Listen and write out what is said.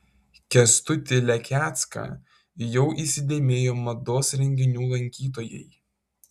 kęstutį lekecką jau įsidėmėjo mados renginių lankytojai